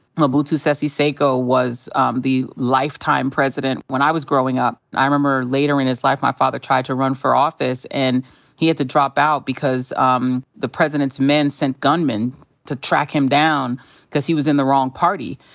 mobutu sese seko was um the lifetime president when i was growing up. i remember later in his life my father tried to run for office, and he had to drop out because um the president's men sent gunmen to track him down cause he was in the wrong party.